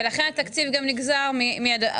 ולכן גם התקציב נגזר מזה,